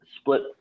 split